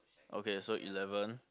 okay so eleven